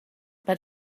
but